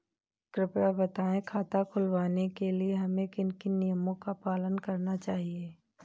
कृपया बताएँ खाता खुलवाने के लिए हमें किन किन नियमों का पालन करना चाहिए?